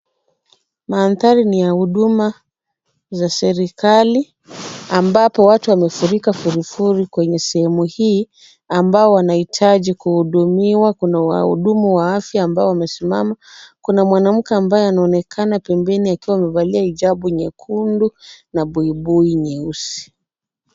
Mandhari ni ya huduma za serikali ambapo watu wamefurika furifuri kwenye sehemu hii ambao wanahitaji kuhudumiwa. Kuna wahudumu wa afya ambao wamesimama, kuna mwanamke ambaye anaonekana pembeni akiwa amevalia hijabu nyekundu na buibui nyeusi.